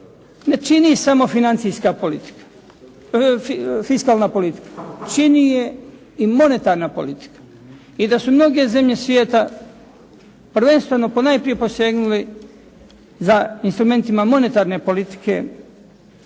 ne čini samo fiskalna politika. Čini je i monetarna politika. I da su mnoge zemlje svijeta prvenstveno ponajprije posegnule za instrumentima monetarne politike,